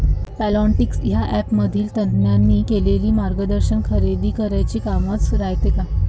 Plantix या ॲपमधील तज्ज्ञांनी केलेली मार्गदर्शन खरोखरीच कामाचं रायते का?